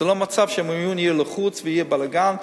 זה לא מצב שמיון יהיה לחוץ ויהיה בלגן,